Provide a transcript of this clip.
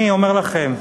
אני אומר לכם,